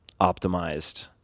optimized